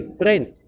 print